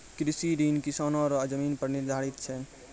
कृषि ऋण किसानो रो जमीन पर निर्धारित छै